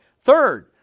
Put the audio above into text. third